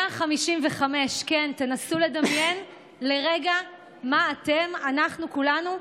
155. כן, תנסו לדמיין לרגע מה אתם, אנחנו כולנו,